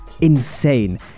insane